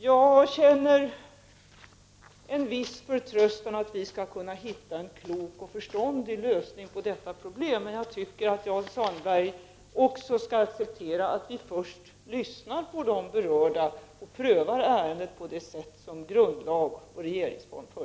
Jag känner en viss förtröstan för att vi skall kunna finna en klok och förståndig lösning på detta problem, men jag tycker att Jan Sandberg skall acceptera att vi först lyssnar på de berörda och prövar ärendet på det sätt som grundlagen föreskriver.